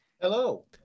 Hello